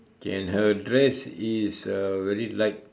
okay and her dress is uh very light